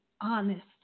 honest